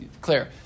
clear